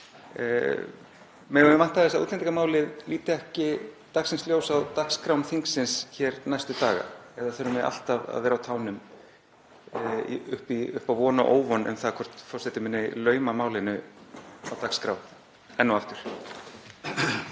Megum við vænta þess að útlendingamálið líti ekki dagsins ljós á dagskrá þingsins hér næstu daga? Eða þurfum við alltaf að vera á tánum upp á von og óvon um það hvort forseti muni lauma málinu á dagskrá enn og aftur?